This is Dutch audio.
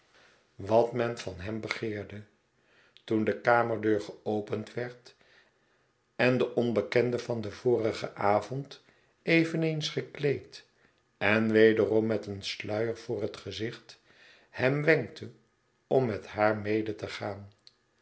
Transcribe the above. wat men van hem begeerde toen de kamerdeur geopend werd en de onbekende van den vorigen avond eveneens gekleed en wederom met een sluier voor het gezicht hem wenkte om met haar mede te gaan